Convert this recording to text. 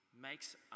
makes